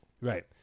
Right